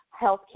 Healthcare